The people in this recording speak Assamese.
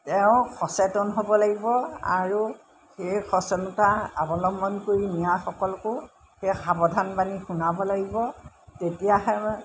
তেওঁ সচেতন হ'ব লাগিব আৰু সেই সচেতনতা অৱলম্বন কৰি নিয়াসকলকো সেই সাৱধান বানী শুনাব লাগিব তেতিয়াহে